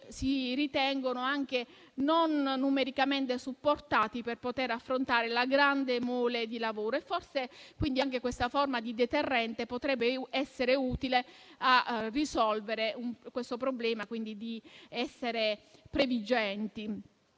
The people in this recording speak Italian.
essi ritengono di non essere numericamente supportati per poter affrontare la grande mole di lavoro. Forse anche questa forma di deterrente potrebbe essere utile a risolvere il problema, al fine di essere previdenti.